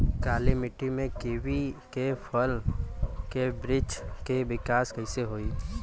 काली मिट्टी में कीवी के फल के बृछ के विकास कइसे होई?